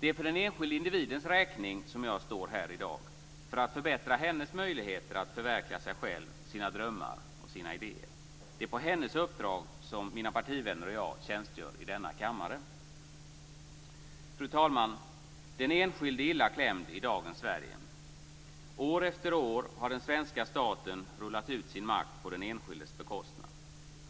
Det är för den enskilde individens räkning som jag står här i dag, för att förbättra hennes möjligheter att förverkliga sig själv, sina drömmar och sina idéer. Det är på hennes uppdrag som jag och mina partivänner tjänstgör i denna kammare. Fru talman! Den enskilde är illa klämd i dagens Sverige. År efter år har den svenska staten rullat ut sin makt på den enskildes bekostnad.